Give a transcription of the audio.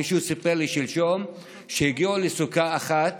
מישהו סיפר לי שלשום שהגיעו לסוכה אחת,